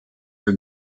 for